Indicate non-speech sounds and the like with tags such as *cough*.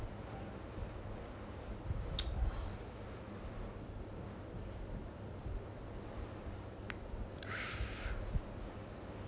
*noise* *breath*